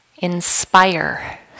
Inspire